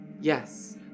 Yes